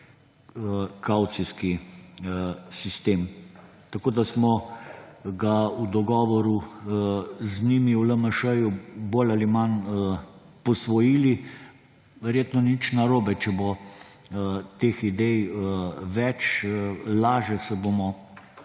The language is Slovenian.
kavcijski sistem. Tako smo ga v dogovoru z njimi, v LMŠ, bolj ali manj posvojili. Verjetno ni nič narobe, če bo teh idej več. Lažje se bomo